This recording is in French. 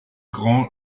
cran